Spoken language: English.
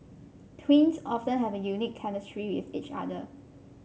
twins often have a unique chemistry with each other